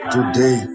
Today